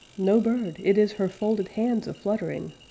no bird it is her folded hands a-fluttering!